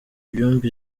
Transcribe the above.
ibyumba